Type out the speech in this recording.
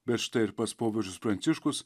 bet štai ir pats popiežius pranciškus